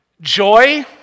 Joy